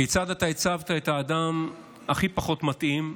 כיצד הצבת את האדם הכי פחות מתאים,